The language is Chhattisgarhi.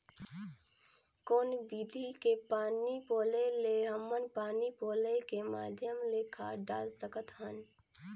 कौन विधि के पानी पलोय ले हमन पानी पलोय के माध्यम ले खाद डाल सकत हन?